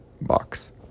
box